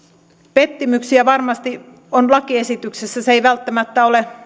pettymyksiä varmasti on lakiesityksessä se ei välttämättä ole